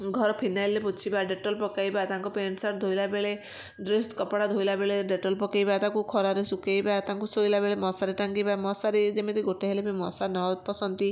ଘର ଫିନାଇଲରେ ପୋଛିବା ଡେଟଲ ପକେଇବା ତାଙ୍କ ପେଣ୍ଟ ସାର୍ଟ ଧୋଇଲାବେଳେ ଡ୍ରେସ କପଡ଼ା ଧୋଇଲାବେଳେ ଡେଟଲ ପକେଇବା ତାକୁ ଖରାରେ ଶୁକେଇବା ତାଙ୍କୁ ଶୋଇଲା ବେଳେ ମଶାରୀ ଟାଙ୍ଗିବା ମଶାରୀ ଯେମିତି ଗୋଟେ ହେଲେବି ମଶା ନ ପଶନ୍ତି